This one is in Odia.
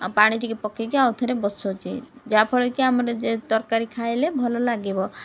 ପାଣି ଟିକେ ପକେଇକି ଆଉ ଥରେ ବସଉଛି ଯାହାଫଳରେ କି ଆମର ତରକାରୀ ଖାଇଲେ ଭଲ ଲାଗିବ